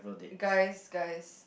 guys guys